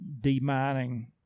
demining